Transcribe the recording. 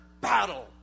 battle